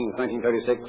1936